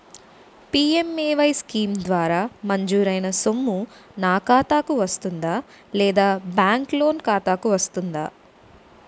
PMAY scheme ద్వారా మంజూరైన సొమ్ము నా ఖాతా కు వస్తుందాబ్యాంకు లోన్ ఖాతాకు వస్తుందా?